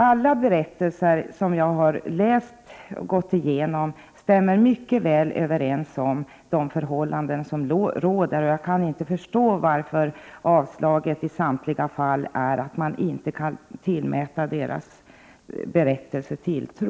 Alla berättelser som jag har läst och gått igenom stämmer mycket väl överens när det gäller de förhållanden som råder. Jag kan inte förstå varför avslaget i samtliga fall grundar sig på att man inte kan tillmäta deras berättelser tilltro.